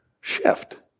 shift